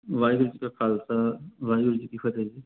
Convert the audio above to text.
ਵਾਹਿਗੁਰੂ ਜੀ ਕਾ ਖਾਲਸਾ ਵਾਹਿਗੁਰੂ ਜੀ ਕੀ ਫਤਿਹ ਜੀ